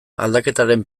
aldaketaren